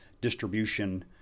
distribution